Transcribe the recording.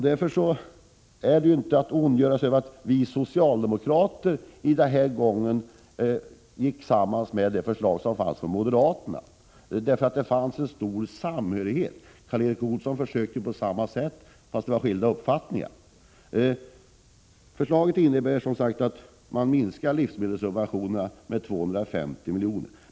Därför är det inte att ondgöra sig över att vi socialdemokrater den här gången anslöt oss till moderaternas förslag. Det fanns en stor samhörighet mellan våra förslag. Karl Erik Olsson försökte göra på samma sätt, men där förelåg skilda uppfattningar. Förslaget innebär som sagt att man minskar livsmedelssubventionerna med 250 miljoner.